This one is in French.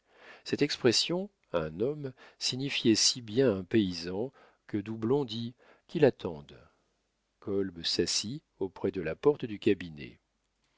cette expression un homme signifiait si bien un paysan que doublon dit qu'il attende kolb s'assit auprès de la porte du cabinet